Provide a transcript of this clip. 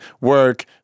work